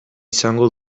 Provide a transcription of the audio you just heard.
izango